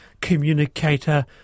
communicator